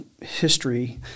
history